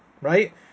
right